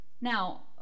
Now